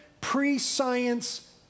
pre-science